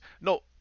No